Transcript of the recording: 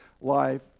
life